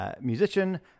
musician